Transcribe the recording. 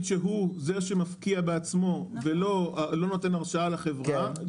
שהוא זה שמפקיע בעצמו ולא נותן הרשאה לחברה,